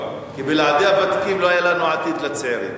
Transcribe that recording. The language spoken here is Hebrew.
כי בלעדי הוותיקים לא היה עתיד לצעירים.